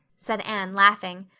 said anne laughing.